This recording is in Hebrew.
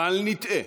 בל נטעה: